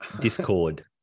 discord